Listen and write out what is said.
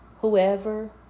Whoever